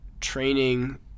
training